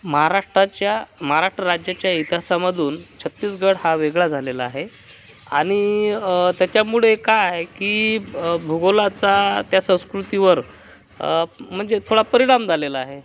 महाराष्ट्राच्या महाराष्ट्र राज्याच्या इतिहासामधून छत्तीसगड हा वेगळा झालेला आहे आणि त्याच्यामुळे काय आहे की भूगोलाचा त्या संस्कृतीवर म्हणजे थोडा परिणाम झालेला आहे